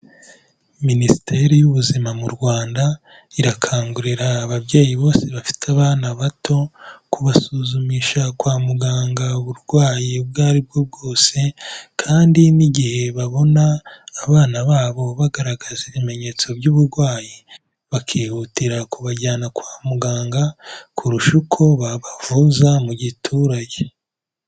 Minisiteri y'Ubuzima mu Rwanda, irakangurira ababyeyi bose bafite abana bato, kubasuzumisha kwa muganga uburwayi ubwo aribwo bwose kandi n'igihe babona abana babo, bagaragaza ibimenyetso by'uburwayi, bakihutira kubajyana kwa muganga, kurusha uko babavuza mu giturage.